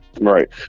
Right